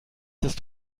ist